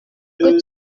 que